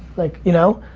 like, you know?